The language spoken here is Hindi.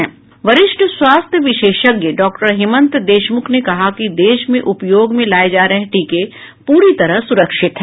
वरिष्ठ स्वास्थ्य विशेषज्ञ डॉक्टर हेमंत देशमुख ने कहा है कि देश में उपयोग में लाये जा रहे टीके पूरी तरह सुरक्षित हैं